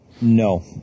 no